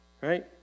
right